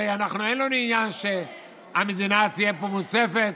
הרי אין לנו עניין שהמדינה תהיה פה מוצפת,